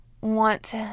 want